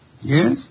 Yes